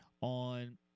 on –